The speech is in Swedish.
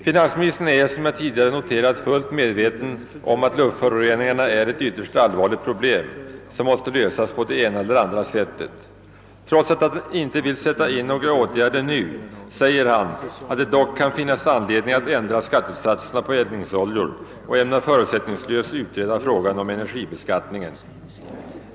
Som jag tidigare noterat är finansministern fullt medveten om att luftföroreningarna är ett ytterst allvarligt problem, som på något sätt måste lösas. Trots att han inte vill vidta några åtgärder nu säger han att det dock kan finnas anledning att ändra skattesatserna på eldningsoljor och finansministern ämnar förutsättningslöst utreda frågan om energibeskattningen.